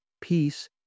peace